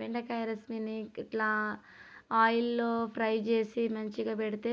బెండకాయ రెసిపీని ఇట్లా ఆయిల్లో ఫ్రై చేసి మంచిగా పెడితే